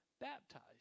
baptized